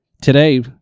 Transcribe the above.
Today